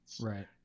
right